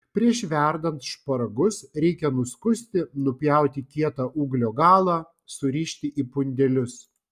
prieš verdant šparagus reikia nuskusti nupjauti kietą ūglio galą surišti į pundelius